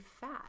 fat